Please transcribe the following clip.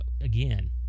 again